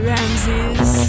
Ramses